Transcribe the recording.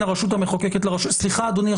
הרשות המחוקקת לרשות --- סליחה אדוני,